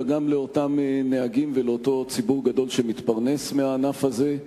אלא גם לאותם נהגים ולאותו ציבור גדול שמתפרנס מהענף הזה.